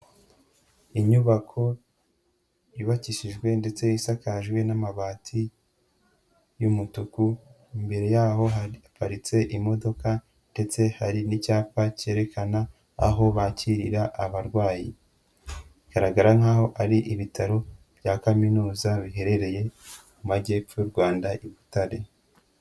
Inyubako yubakikijwe ndetse isakajwe n'amabati y'umutuku, imbere yaho haparitse imodoka ndetse hari n'icyapa cyerekana aho bakirira abarwayi, igaragara nk'aho ari ibitaro bya kaminuza biherereye mu majyepfo y'u Rwanda i Butare.